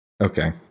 Okay